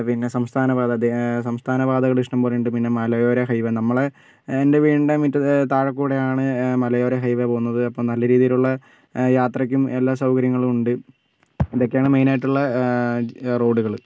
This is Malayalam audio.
പിന്നെ സംസ്ഥാന പാത സംസ്ഥാന പാതകൾ ഇഷ്ടം പോലെ ഉണ്ട് പിന്നെ മലയോര ഹൈവേ നമ്മളെ എൻ്റെ വീടിൻ്റെ മിറ്റം താഴെക്കൂടെയാണ് മലയോര ഹൈവേ പോവുന്നത് അപ്പോൾ നല്ല രീതീലുള്ള യാത്രക്കും എല്ലാ സൗകര്യങ്ങളും ഉണ്ട് ഇതൊക്കെയാണ് മെയിനായിട്ടുള്ള റോഡുകൾ